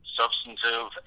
substantive